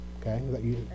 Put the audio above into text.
Okay